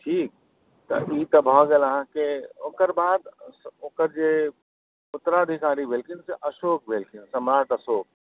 ठीक तऽ ई तऽ भऽ गेल अहाँके ओकर बाद ओकर जे उत्तराधिकारी भेलखिन से अशोक भेलखिन सम्राट अशोक